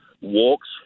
walks